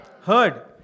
heard